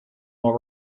more